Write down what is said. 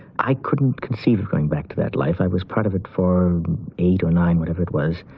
i couldn't conceive of going back to that life. i was part of it for eight or nine, whatever it was,